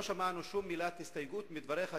לא שמענו שום מילת הסתייגות בדבריך.